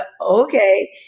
Okay